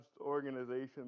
organization